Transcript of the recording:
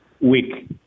week